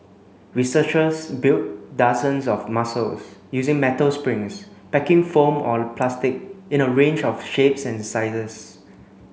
researchers built dozens of muscles using metal springs packing foam or plastic in a range of shapes and sizes